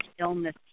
illness